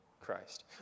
Christ